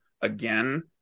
again